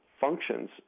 functions